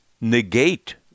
negate